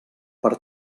per